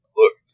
look